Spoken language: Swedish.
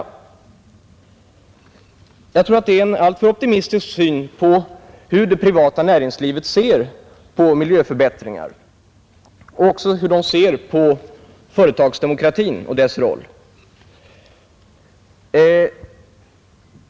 Jag tror att det är en alltför optimistisk syn på hur det privata näringslivet ser på miljöförbättringar och också hur de ser på företagsdemokratin och dess roll.